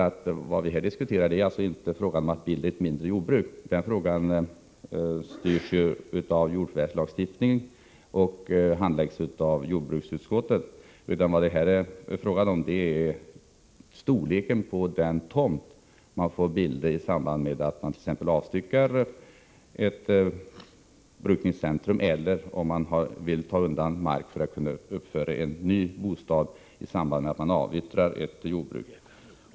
Vad vi här diskuterar är inte frågan om att bilda ett mindre jordbruk. Den frågan styrs ju av jordförvärvslagen och handläggs av jordbruksutskottet. Vad det här är fråga om är storleken på den tomt som man får bilda t.ex. i samband med att man avstyckar ett brukningscentrum eller vill ta undan mark för att kunna uppföra en ny bostad då man avyttrar ett jordbruk.